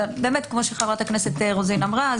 כפי שחברת הכנסת רוזין אמרה,